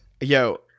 Yo